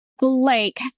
Blake